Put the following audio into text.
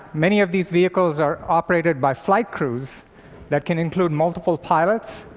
many of these vehicles are operated by flight crews that can include multiple pilots,